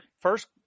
First